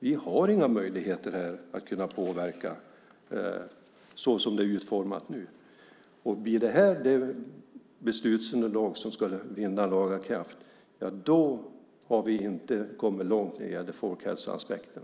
Vi har inga möjligheter att påverka så som det nu är utformat. Blir det här det beslutsunderlag som skulle vinna laga kraft har vi inte kommit långt när det gäller folkhälsoaspekten.